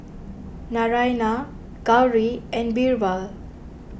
Naraina Gauri and Birbal